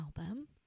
album